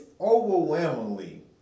overwhelmingly